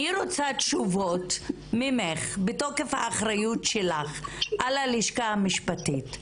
אני רוצה תשובות ממך בתוקף האחריות שלך על הלשכה המשפטית,